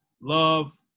love